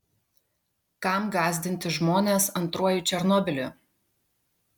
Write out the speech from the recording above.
kam gąsdinti žmones antruoju černobyliu